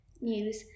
news